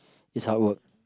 is hard work